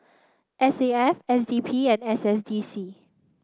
S A F S D P and S S D C